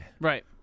Right